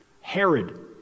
Herod